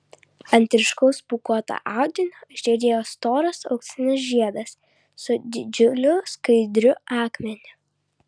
ant ryškaus pūkuoto audinio žėrėjo storas auksinis žiedas su didžiuliu skaidriu akmeniu